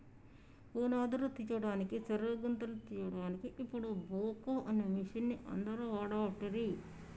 పునాదురు తీయడానికి చెరువు గుంతలు తీయడాన్కి ఇపుడు బాక్వో అనే మిషిన్ని అందరు వాడబట్టిరి